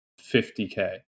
50k